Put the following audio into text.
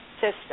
system